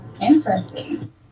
Interesting